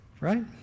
right